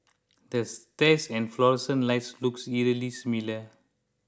the stairs and fluorescent lights looks eerily similar